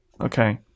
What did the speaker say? Okay